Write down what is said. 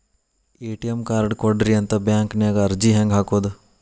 ATM card ಕೊಡ್ರಿ ಅಂತ bank ನ್ಯಾಗ ಅರ್ಜಿ ಹೆಂಗ ಹಾಕೋದು?